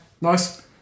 Nice